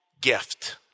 gift